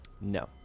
No